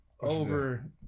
over